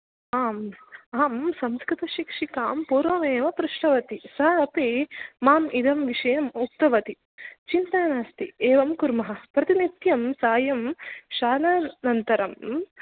आम् अहं संस्कृतशिक्षिकां पूर्वमेव पृष्टवती सा अपि मां इदं विषयम् उक्तवती चिन्ता नास्ति एवं कुर्मः प्रतिनित्यं सायं शालानन्तरं